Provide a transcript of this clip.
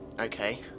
Okay